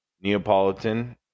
Neapolitan